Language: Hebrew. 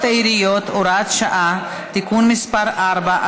העיריות (הוראת שעה) (תיקון מס' 4),